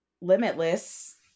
Limitless